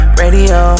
radio